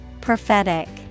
Prophetic